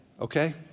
okay